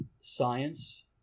science